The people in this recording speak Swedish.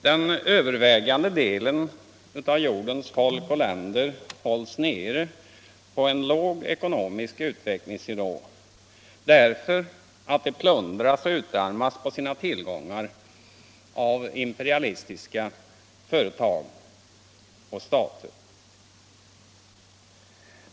Den övervägande delen av jordens folk och länder hålls nere på en låg ekonomisk utvecklingsnivå därför att de plundras och utarmas på sina tillgångar av imperialistiska företag och stater.